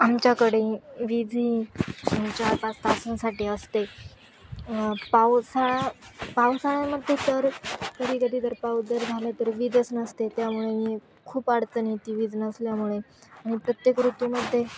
आमच्याकडे वीज ही चार पाच तासांसाठी असते पावसाळा पावसाळ्यामध्ये तर कधी कधी जर पाऊस जर झालं तर वीजच नसते त्यामुळे मी खूप आडचण येती वीज नसल्यामुळे आणि प्रत्येक ऋतूमध्ये